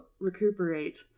recuperate